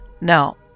Now